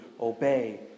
obey